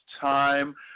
time